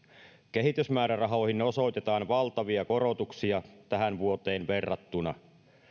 kehitysmäärärahoihin osoitetaan valtavia korotuksia tähän vuoteen verrattuna